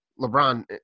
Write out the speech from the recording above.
LeBron